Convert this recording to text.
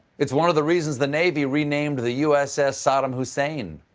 it's one of the reasons the navy renamed the u s s. saddam hussein.